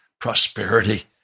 prosperity